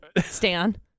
Stan